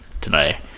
today